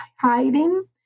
hiding